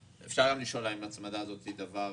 אפשר לשאול האם ההצמדה הזאת היא דבר